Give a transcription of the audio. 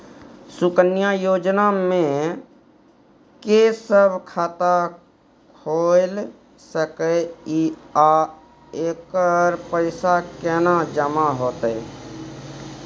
सुकन्या योजना म के सब खाता खोइल सके इ आ एकर पैसा केना जमा होतै?